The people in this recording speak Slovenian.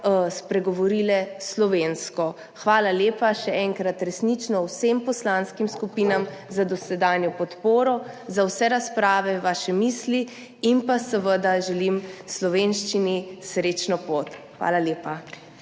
spregovorile slovensko. Še enkrat, resnično hvala lepa vsem poslanskim skupinam za dosedanjo podporo, za vse razprave, vaše misli in seveda želim slovenščini srečno pot. Hvala lepa.